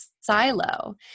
silo